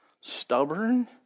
stubborn